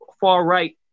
far-right